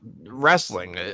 wrestling